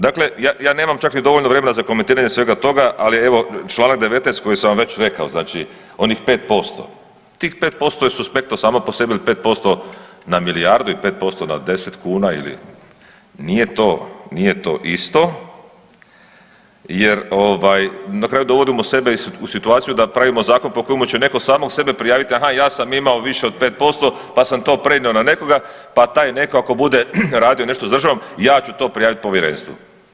Dakle, ja nemam čak ni dovoljno vremena za komentiranje svega toga, ali evo članak 19. koji sam vam već rekao, znači onih 5%, tih 5% je suspektno samo po sebi ili 5% na milijardu i 5% na 10 kuna ili nije to isto, jer na kraju dovodimo sebe u situaciju da pravimo zakon po kojem će netko samog sebe prijaviti, aha ja sam imao više od pet posto pa sam to prenio na nekoga, pa taj netko ako bude radio nešto s državom ja ću to prijaviti povjerenstvu.